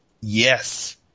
yes